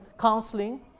counseling